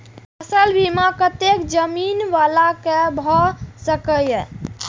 फसल बीमा कतेक जमीन वाला के भ सकेया?